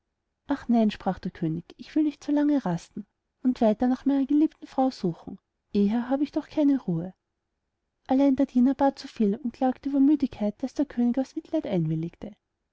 ach nein sprach der könig ich will nicht so lange rasten und weiter nach meiner geliebten frau suchen eher habe ich doch keine ruhe allein der diener bat so viel und klagte so über müdigkeit daß der könig aus mitleid einwilligte